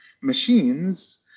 machines